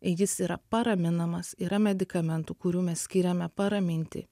jis yra paraminamas yra medikamentų kurių mes skiriame paraminti